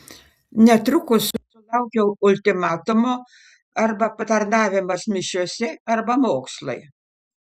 netrukus sulaukiau ultimatumo arba patarnavimas mišiose arba mokslai